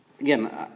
again